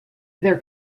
there